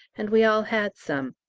and we all had some.